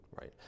Right